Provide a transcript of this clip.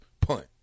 punt